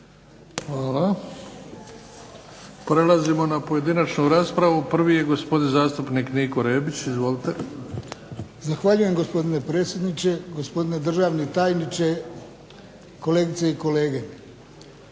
Hvala. Prelazimo na pojedinačnu raspravu. Prvi je gospodin zastupnik Niko Rebić. Izvolite. **Rebić, Niko (HDZ)** Zahvaljujem gospodine predsjedniče, gospodine državni tajniče, kolegice i kolege.